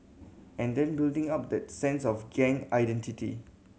and then building up that sense of gang identity